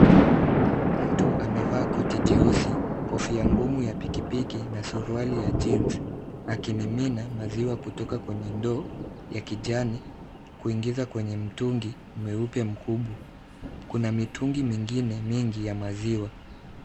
Mtu amevaa koti jeusi, kofia ngumu ya pikipiki na suruali ya jeans , akimimina maziwa kutoka kwenye ndoo ya kijani, kuingiza kwenye mtungi mweupe mkubwa. Kuna mitungi mingine mingi ya maziwa.